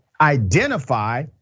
identify